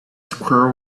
squirrel